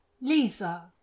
Lisa